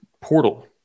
portal